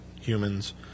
humans